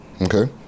okay